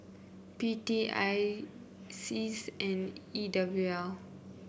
P T I Seas and E W L